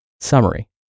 Summary